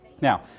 Now